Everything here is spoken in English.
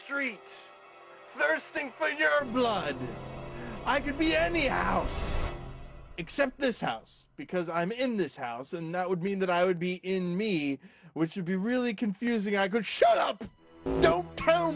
street thirsting for your blood i could be anywhere except this house because i'm in this house and that would mean that i would be in me which would be really confusing i could shut up don't tell